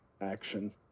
action